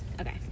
Okay